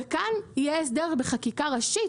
וכאן יהיה הסדר בחקיקה ראשית,